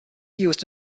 used